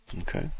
okay